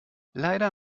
leider